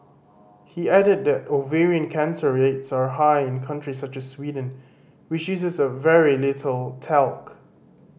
he added that ovarian cancer rates are high in countries such as Sweden which uses very little talc